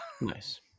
nice